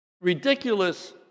ridiculous